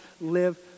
live